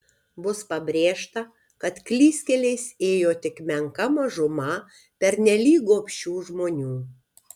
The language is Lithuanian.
bus pabrėžta kad klystkeliais ėjo tik menka mažuma pernelyg gobšių žmonių